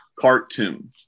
Cartoon